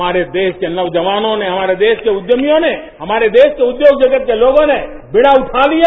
हमारे देश के नौजवानों ने हमारे देश के उद्यमियों ने हमारे देश के उद्यो जगत के लोगों ने बेड़ा उठा लिया